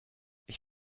ich